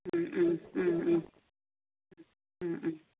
മ്മ് മ്മ് മ്മ് മ്മ് മ്മ്